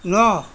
ন